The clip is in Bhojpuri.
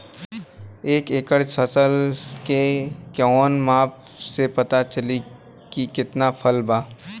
एक एकड़ फसल के कवन माप से पता चली की कितना फल बा?